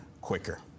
quicker